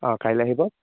অঁ কাইলৈ আহিব